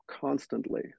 constantly